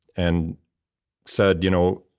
and said, you know,